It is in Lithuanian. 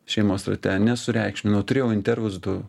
šeimos rate nesureikšminau turėjau intervus du